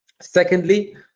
Secondly